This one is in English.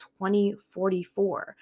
2044